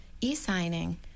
e-signing